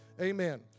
Amen